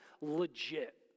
legit